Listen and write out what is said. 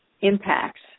impacts